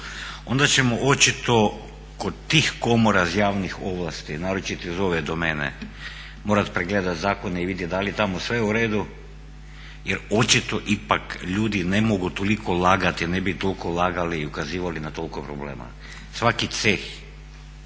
onda ćemo očito kod tih komora iz javnih ovlasti naročito iz ove domene morat pregledati zakone i vidjeti da li je tamo sve uredu jer očito ipak ljudi ne mogu toliko lagati i ne bi toliko lagali i ukazivali na toliko problema. Svaki ceh